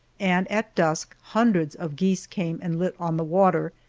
and at dusk hundreds of geese came and lit on the water,